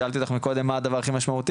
שאלתי אותך מקודם מה הדבר הכי משמעותי,